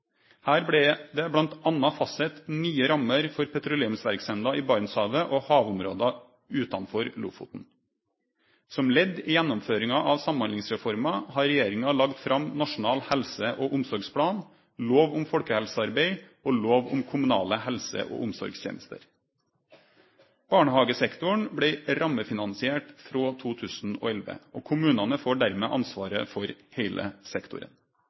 Her blei det bl.a. fastsett nye rammer for petroleumsverksemda i Barentshavet og havområda utanfor Lofoten. Som ledd i gjennomføringa av Samhandlingsreforma har regjeringa lagt fram Nasjonal helse- og omsorgsplan, lov om folkehelsearbeid og lov om kommunale helse- og omsorgstenester. Barnehagesektoren blei rammefinansiert frå 2011, og kommunane får dermed ansvaret for heile sektoren.